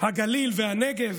הגליל והנגב